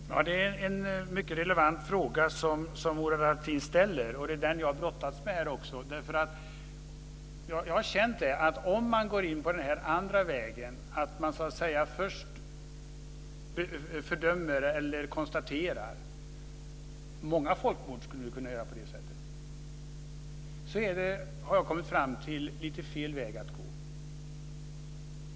Fru talman! Det är en mycket relevant fråga som Murad Artin ställer, och det är den jag har brottats med. Jag har känt att om man går in på den här andra vägen, att först fördöma eller konstatera - vi skulle kunna göra på det sättet i fråga om många folkmord - är det fel väg att gå.